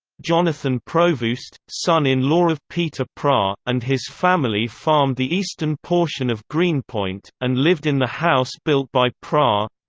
jonathan provoost, son-in-law of pieter praa, and his family farmed the eastern portion of greenpoint, and lived in the house built by praa